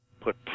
put